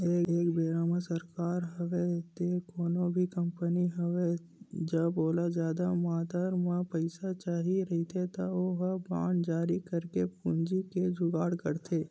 एक बेरा म सरकार होवय ते कोनो भी कंपनी होवय जब ओला जादा मातरा म पइसा चाही रहिथे त ओहा बांड जारी करके पूंजी के जुगाड़ करथे